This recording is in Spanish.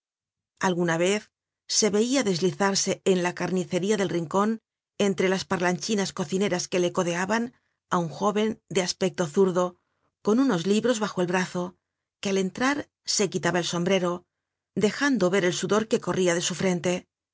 alguna vez se veia deslizarse en la carnicería del rincon entre las parlanchinas cocineras que le codeaban á un jóven de aspecto zurdo con unos libros bajo el brazo que al entrar se quitaba el sombrero dejando ver el sudor que corria de su frente